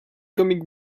comic